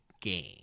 game